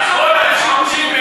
כל הג'ינג'ים הם